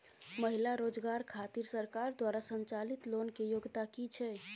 महिला रोजगार खातिर सरकार द्वारा संचालित लोन के योग्यता कि छै?